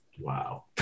Wow